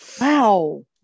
Wow